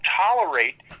tolerate